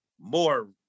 more